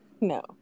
No